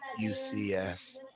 UCS